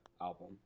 album